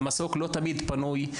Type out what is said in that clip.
אבל המסוק לא תמיד פנוי.